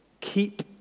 Keep